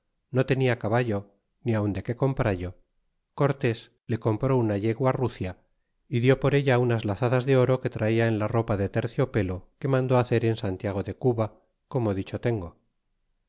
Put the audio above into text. no tenia caballo ni aun de que coroprallo cortés le compró una yegua rucia y dió por ella unas lazadas de oro que traía en la ropa de terciopelo que mandó hacer en santiago de cuba como dicho tengo